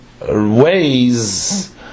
ways